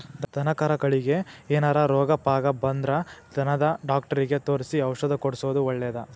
ದನಕರಗಳಿಗೆ ಏನಾರ ರೋಗ ಪಾಗ ಬಂದ್ರ ದನದ ಡಾಕ್ಟರಿಗೆ ತೋರಿಸಿ ಔಷಧ ಕೊಡ್ಸೋದು ಒಳ್ಳೆದ